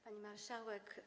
Pani Marszałek!